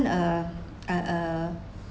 uh uh uh